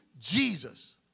Jesus